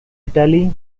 italy